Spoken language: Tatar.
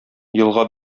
елга